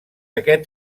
aquest